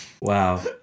Wow